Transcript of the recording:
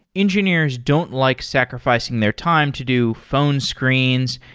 engineers don't like sacrificing their time to do phone screens,